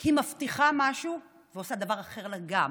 כי היא מבטיחה משהו ועושה דבר אחר לגמרי.